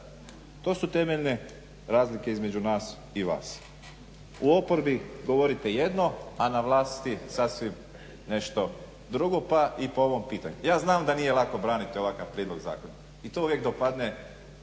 To su temeljne razlike između nas i vas. U oporbi govorite jedno, a na vlasti sasvim nešto drugo pa i po ovom pitanju. Ja znam da nije lako braniti ovakav prijedlog zakona i to uvijek dopadne